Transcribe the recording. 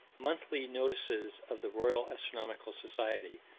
monthly notices of the royal astronomical society,